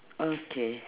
okay